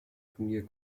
turnier